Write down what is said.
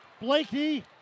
Blakey